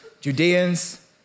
Judeans